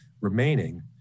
remaining